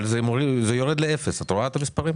אבל זה יורד לאפס, את רואה את המספרים?